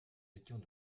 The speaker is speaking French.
étions